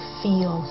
feel